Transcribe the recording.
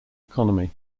economy